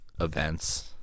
events